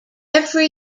every